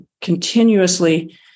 continuously